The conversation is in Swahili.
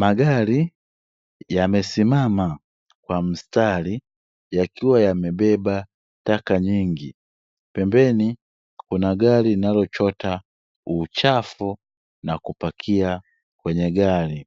Magari yamesimama kwa mstari yakiwa yamebeba taka nyingi, pembeni kuna gari linalochota uchafu na kupakia kwenye gari,